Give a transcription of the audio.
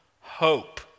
hope